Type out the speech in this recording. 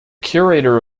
curator